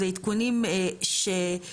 זה עדכונים שכפי,